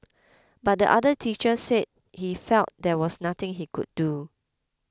but the other teacher said he felt there was nothing he could do